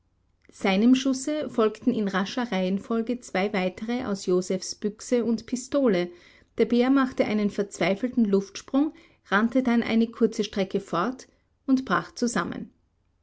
seinem schusse folgten in rascher reihenfolge zwei weitere aus josephs büchse und pistole der bär machte einen verzweifelten luftsprung rannte dann eine kurze strecke fort und brach zusammen